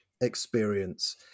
experience